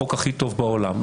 החוק הכי טוב בעולם.